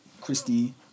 Christy